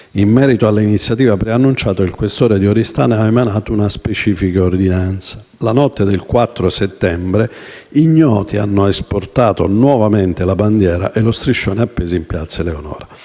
In merito alla iniziativa preannunciata, il questore di Oristano ha emanato una specifica ordinanza. La notte del 4 settembre ignoti hanno asportato nuovamente la bandiera e lo striscione appesi in piazza Eleonora.